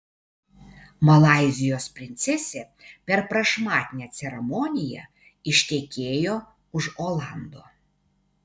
malaizijos princesė per prašmatnią ceremoniją ištekėjo už olando